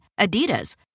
Adidas